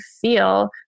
feel